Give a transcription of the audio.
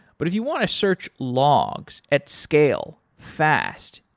but if you want to search logs at scale fast,